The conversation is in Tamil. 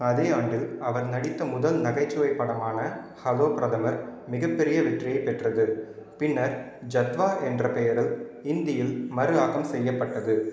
அதே ஆண்டில் அவர் நடித்த முதல் நகைச்சுவைப் படமான ஹலோ பிரதமர் மிகப்பெரிய வெற்றியைப் பெற்றது பின்னர் ஜத்வா என்ற பெயரில் ஹிந்தியில் மறு ஆக்கம் செய்யப்பட்டது